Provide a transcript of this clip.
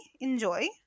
Enjoy